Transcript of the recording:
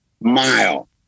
mile